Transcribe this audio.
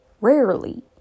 rarely